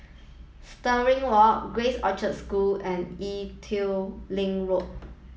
Stirling Walk Grace Orchard School and Ee Teow Leng Road